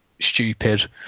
stupid